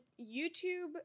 youtube